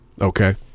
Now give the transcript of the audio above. okay